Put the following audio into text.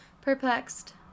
perplexed